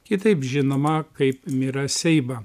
kitaip žinoma kaip mira seiba